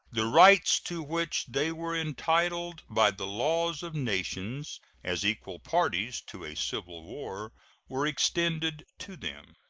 the rights to which they were entitled by the laws of nations as equal parties to a civil war were extended to them.